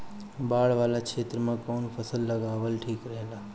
बाढ़ वाला क्षेत्र में कउन फसल लगावल ठिक रहेला?